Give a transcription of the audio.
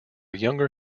younger